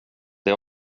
det